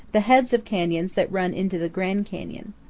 the heads of canyons that run into the grand canyon.